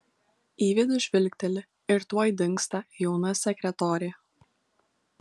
į vidų žvilgteli ir tuoj dingsta jauna sekretorė